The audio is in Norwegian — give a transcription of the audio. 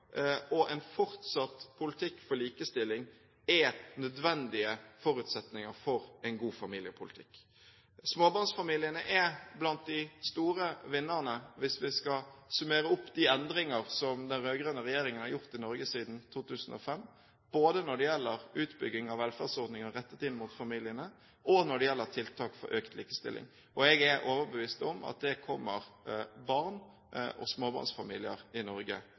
og en fortsatt politikk for likestilling er nødvendige forutsetninger for en god familiepolitikk. Småbarnsfamiliene er blant de store vinnerne hvis vi skal summere opp de endringer som den rød-grønne regjeringen har gjort i Norge siden 2005, både når det gjelder utbygging av velferdsordninger rettet inn mot familiene og når det gjelder tiltak for økt likestilling. Jeg er overbevist om at det kommer barn og småbarnsfamilier i Norge